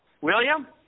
William